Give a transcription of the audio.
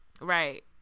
Right